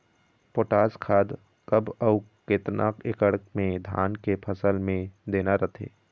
Potash खाद कब अऊ केतना एकड़ मे धान के फसल मे देना रथे?